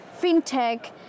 fintech